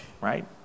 right